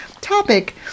topic